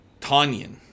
Tanyan